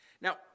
Now